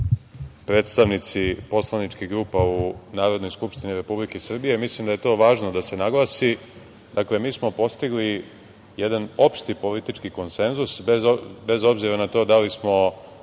predstavnici poslaničkih grupa u Narodnoj skupštini Republike Srbije. Mislim da je to važno da se naglasi. Dakle, mi smo postigli jedan opšti politički konsenzus, bez obzira na to da li smo